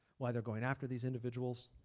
why they are going after these individuals,